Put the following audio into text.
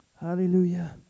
Hallelujah